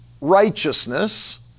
righteousness